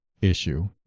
issue